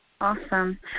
Awesome